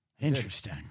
Interesting